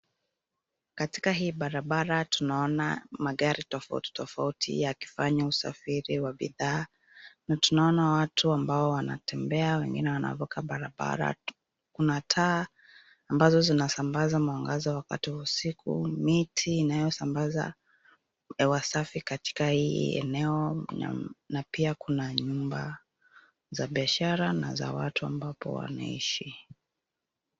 Katika hii barabara tunaona magari tofauti tofauti yakifanya usafiri wa bidhaa na tunaona watu ambao wanatembea, wengine wanavuka barabara. Kuna taa, ambazo zinasambaza mwangaza wakati wa usiku, miti inayosambaza hewa safi katika hii eneo na pia kuna nyumba za biashara na za watu ambapo wanaishi.